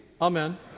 amen